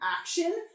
action